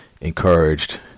encouraged